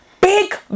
big